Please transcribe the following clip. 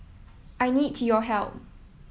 I need your help